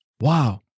Wow